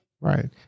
Right